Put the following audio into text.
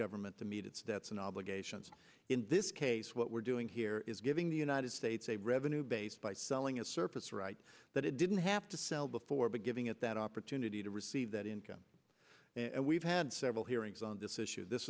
government to meet its debts and obligations in this case what we're doing here is giving the united states a revenue base by selling a surface right that it didn't have to sell before but giving at that opportunity to receive that income we've had several hearings on this issue this